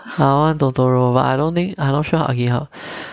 I want totoro but I don't think I not sure okay how